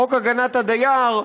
חוק הגנת הדייר,